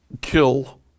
kill